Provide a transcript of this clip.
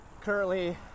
Currently